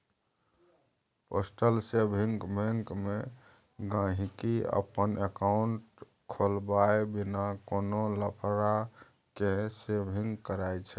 postal saving bank मे गांहिकी अपन एकांउट खोलबाए बिना कोनो लफड़ा केँ सेविंग करय छै